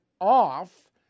off